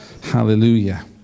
Hallelujah